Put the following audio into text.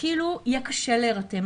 יהיה קשה להירתם.